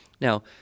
Now